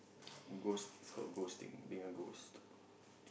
ghost it's called ghost thing being a ghost